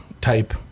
type